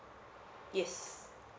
yes